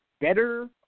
better